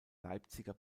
leipziger